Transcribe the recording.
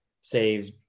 saves